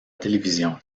télévision